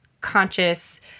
conscious